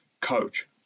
Coach